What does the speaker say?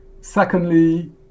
Secondly